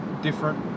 different